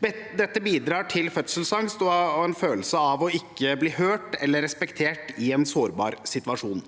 Dette bidrar til fødselsangst og en følelse av ikke å bli hørt eller respektert i en sårbar situasjon.